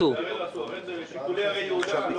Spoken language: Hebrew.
תעשו את זה מהר על מנת שבשבוע הבא נדע היכן אנו עומדים.